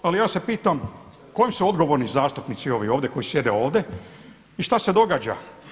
Ali ja se pitam kome su odgovorni zastupnici ovi ovdje koji sjede ovdje i šta se događa?